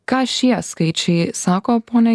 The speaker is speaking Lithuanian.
ką šie skaičiai sako pone